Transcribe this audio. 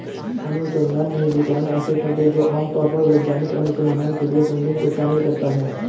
अनुसंधान निधिकरण ऐसा शब्द है जो आम तौर पर वैज्ञानिक अनुसंधान के लिए फंडिंग को शामिल करता है